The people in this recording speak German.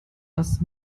dass